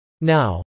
Now